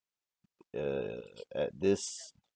err at this